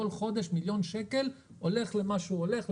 בכל חודש מיליון שקל הולך למה שהוא הולך,